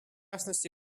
частности